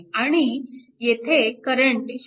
आणि येथे करंट 0